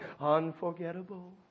Unforgettable